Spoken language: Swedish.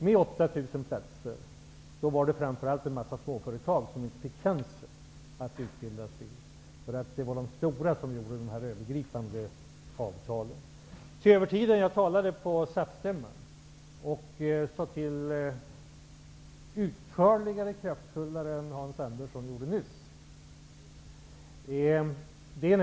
Med 8 000 utbildningsplatser var det framför allt en mängd småföretag som inte fick chansen till utbildning. Det var de stora företagen som gjorde de övergripande avtalen. Jag kommer nu till den övertid som jag talade om på SAF-stämman. Jag talade vid det tillfället både utförligare och kraftfullare än Hans Andersson nyss.